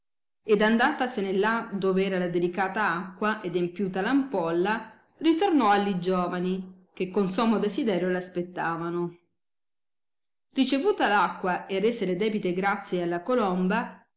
ed andatasene là dove era la delicata acqua ed empiuta ampolla ritornò alli giovani che con sommo desiderio l aspettavano ricevuta l acqua e rese le debite grazie alla colomba